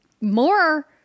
more